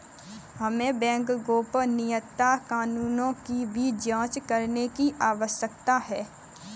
हमें बैंक गोपनीयता कानूनों की भी जांच करने की आवश्यकता है